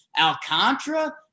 Alcantara